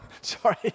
sorry